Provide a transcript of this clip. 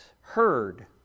heard